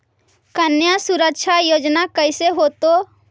कन्या सुरक्षा योजना कैसे होतै?